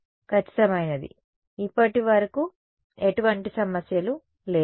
ఖచ్చితమైనది ఇప్పటివరకు ఎటువంటి సమస్యలు లేవు